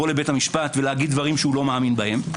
לבית המשפט ולומר דברים שהוא לא מאמין בהם.